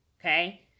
okay